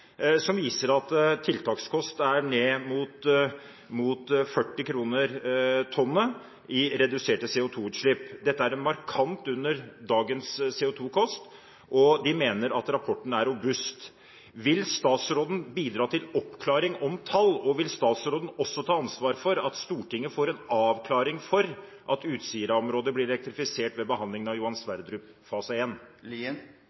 som viser at tiltakskost er ned mot 40 kr per tonn i reduserte CO2-utslipp. Dette er markant under dagens CO2-kost, og man mener at rapporten er robust. Vil statsråden bidra til oppklaring om tall, og vil statsråden også ta ansvar for at Stortinget får en avklaring i om Utsira-området blir elektrifisert ved behandlingen av Johan